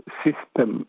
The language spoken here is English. system